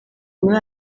muri